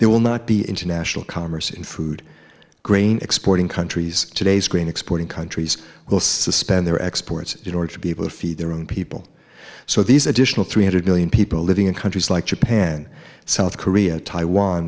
there will not be international commerce in food grain exporting countries today's grain exporting countries will suspend their exports in order to be able to feed their own people so these additional three hundred million people living in countries like japan south korea taiwan